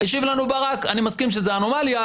השיב לנו ברק: אני מסכים שזו אנומליה,